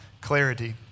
clarity